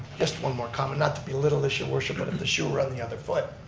just one more comment. not to belittle this your worship, but if the shoe were on the other foot,